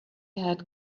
had